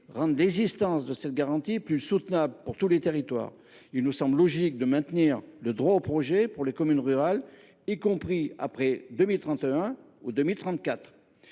rendent l’existence de cette garantie plus soutenable pour tous les territoires. Il nous semble logique de maintenir le droit au projet pour les communes rurales, y compris après 2031 ou 2034.